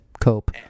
cope